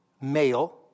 male